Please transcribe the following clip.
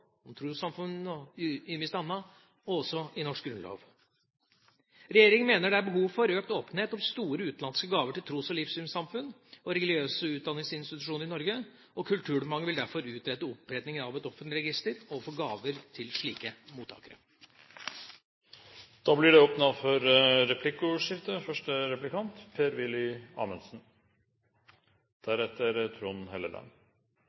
om religiøse og livssynsmessige formål, til å delta i religiøse ritualer sammen med andre og til å organisere et felles religiøst liv, nedfelt i menneskerettskonvensjonen, i norsk lov, i trossamfunnene, ymist anna, og også i norsk grunnlov. Regjeringen mener det er behov for økt åpenhet om store utenlandske gaver til tros- og livssynssamfunn og religiøse utdanningsinstitusjoner i Norge. Kulturdepartementet vil derfor utrede oppretting av et offentlig register over gaver